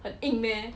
很硬 meh